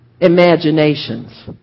imaginations